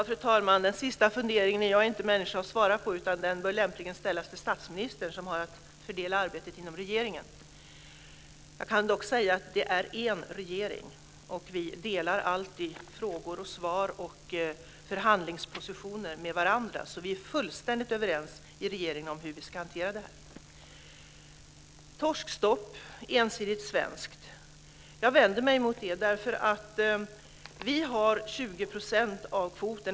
Fru talman! Den sista funderingen är jag inte människa att svara på. Den bör lämpligen riktas till statsministern som har att fördela arbetet inom regeringen. Jag kan dock säga att vi är en regering. Vi står alltid bakom frågor och svar och förhandlingspositioner. Vi är fullständigt överens i regeringen om hur vi ska hantera denna fråga. Jag vänder mig mot ett ensidigt svenskt stopp för torskfiske.